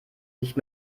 nicht